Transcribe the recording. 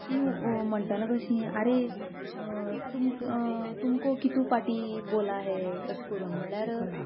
तीं म्हणटना कशीं आरे तुम तुमको कितू पाटी बोला हे एश कोरून म्हणल्यार